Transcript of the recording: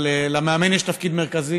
אבל למאמן יש תפקיד מרכזי